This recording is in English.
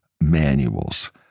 manuals